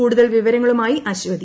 കൂടുതൽ വിവരങ്ങളുമായി അശ്വതി